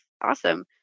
awesome